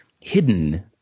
hidden